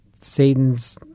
Satan's